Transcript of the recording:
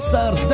Sir